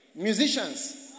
Musicians